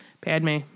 Padme